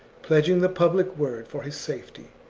pledging the public word for his safety,